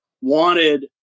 wanted